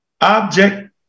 object